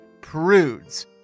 prudes